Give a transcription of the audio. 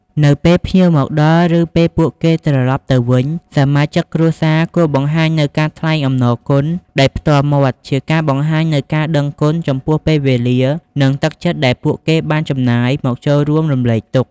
នៅពេលភ្ញៀវមកដល់ ឬពេលពួកគេត្រឡប់ទៅវិញ សមាជិកគ្រួសារគួរបង្ហាញនូវ ការថ្លែងអំណរគុណ ដោយផ្ទាល់មាត់ ជាការបង្ហាញនូវការដឹងគុណចំពោះពេលវេលា និងទឹកចិត្តដែលពួកគេបានចំណាយមកចូលរួមរំលែកទុក្ខ។